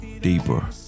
deeper